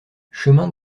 chemin